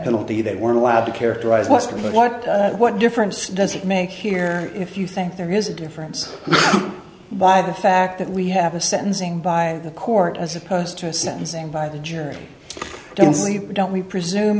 penalty they were allowed to characterize lester but what what difference does it make here if you think there is a difference by the fact that we have a sentencing by the court as opposed to a sentencing by the jury i don't sleep don't we presume